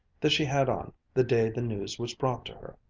that she had on, the day the news was brought to her.